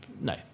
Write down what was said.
no